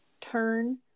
turn